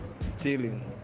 stealing